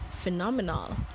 phenomenal